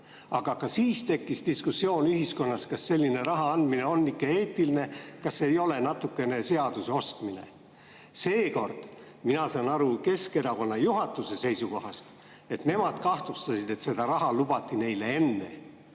Aga ka siis tekkis diskussioon ühiskonnas, kas selline raha andmine on ikka eetiline, kas see ei ole natuke seaduse ostmine. Seekord mina saan aru Keskerakonna juhatuse seisukohast, et nemad kahtlustasid, et seda raha lubati neile enne